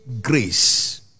grace